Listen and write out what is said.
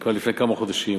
כבר לפני כמה חודשים,